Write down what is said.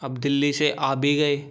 अब दिल्ली से आ भी गए